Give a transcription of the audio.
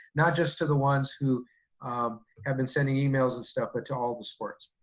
not just to the ones who um have been sending emails and stuff, but to all the sports.